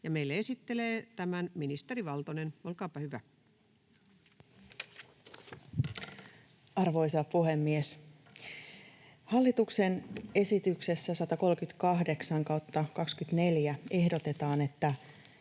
Meille esittelee tämän ministeri Valtonen. Olkaapa hyvä. Arvoisa puhemies! Hallituksen esityksessä 138/24 ehdotetaan, että